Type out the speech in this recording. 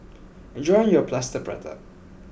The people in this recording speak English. enjoy your Plaster Prata